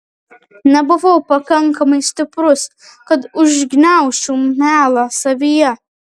nebuvau pakankamai stiprus kad užgniaužčiau melą savyje